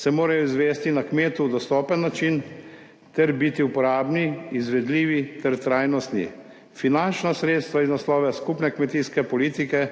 se morajo izvesti na kmetu dostopen način ter biti uporabni, izvedljivi ter trajnostni. Finančna sredstva iz naslova skupne kmetijske politike